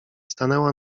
stanęła